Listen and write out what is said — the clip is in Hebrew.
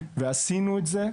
עשינו את זה,